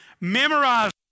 Memorize